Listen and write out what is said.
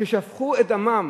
ששפכו את דמם.